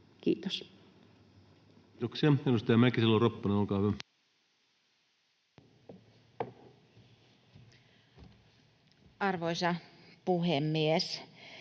Kiitos. Kiitoksia. — Edustaja Mäkisalo-Ropponen, olkaa hyvä. Arvoisa puhemies!